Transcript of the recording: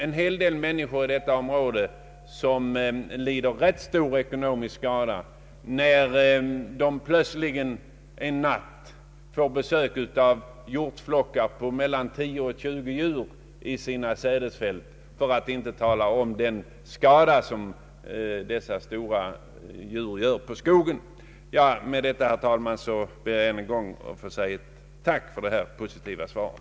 En hel del människor i området lider rätt stor ekonomisk skada, när de någon natt plötsligt får besök av hjortflockar på mellan 10 och 20 djur i sina sädesfält — för att inte tala om den skada som dessa stora djur gör på skogen. Med detta ber jag än en gång att få säga tack för det positiva svaret.